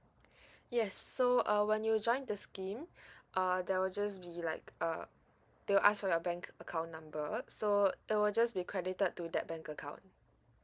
yes so uh when you join the scheme uh there will just be like uh they'll ask for your bank account number so it will just be credited to that bank account